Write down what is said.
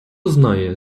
знає